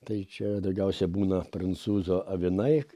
tai čia daugiausiai būna prancūzo avinai